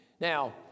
Now